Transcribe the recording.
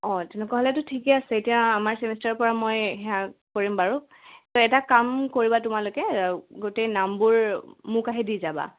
অঁ তেনেকুৱা হ'লেতো ঠিকে আছে এতিয়া আমাৰ ছেমেষ্টাৰৰ পৰা মই সেয়া কৰিম বাৰু ত' এটা কাম কৰিবা তোমালোকে গোটেই নামবোৰ মোক আহি দি যাবা